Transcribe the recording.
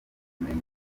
kumenya